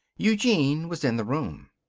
eugene was in the room.